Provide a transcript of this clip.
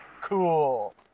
Cool